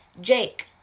Jake